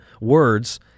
words